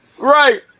Right